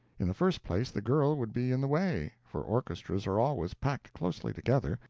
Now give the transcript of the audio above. in the first place, the girl would be in the way, for orchestras are always packed closely together,